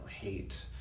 hate